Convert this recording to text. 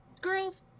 Girls